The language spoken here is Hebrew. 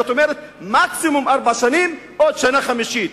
זאת אומרת, מקסימום ארבע שנים, עוד שנה חמישית.